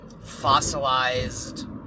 fossilized